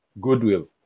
Goodwill